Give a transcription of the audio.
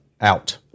Out